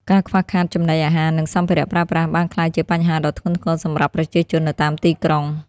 ការខ្វះខាតចំណីអាហារនិងសម្ភារៈប្រើប្រាស់បានក្លាយជាបញ្ហាដ៏ធ្ងន់ធ្ងរសម្រាប់ប្រជាជននៅតាមទីក្រុង។